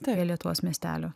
tai lietuvos miestelio